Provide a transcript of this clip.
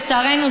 לצערנו,